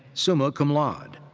summa cum laude.